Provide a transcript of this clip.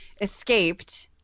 escaped